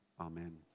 amen